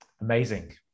amazing